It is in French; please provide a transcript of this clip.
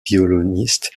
violonistes